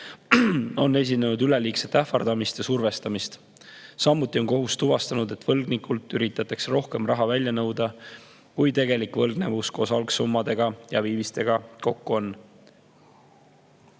On esinenud üleliigset ähvardamist ja survestamist. Samuti on kohus tuvastanud, et võlgnikult üritatakse rohkem raha välja nõuda, kui tegelik võlgnevus koos algsummaga ja viivisega kokku on.